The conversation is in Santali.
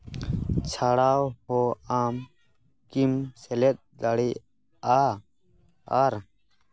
ᱪᱷᱟᱲᱟᱣ ᱦᱚᱸ ᱟᱢ ᱠᱤᱢ ᱥᱮᱞᱮᱫ ᱫᱟᱲᱤᱭᱟᱜᱼᱟ ᱟᱨ